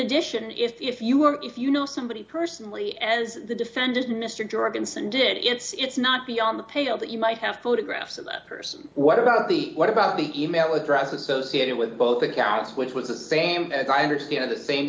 addition if you were if you know somebody personally as the defendant mister jorgensen did it's not beyond the pale that you might have photographs of that person what about the what about the e mail address associated with both accounts which was a spam as i understand it the same